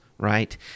right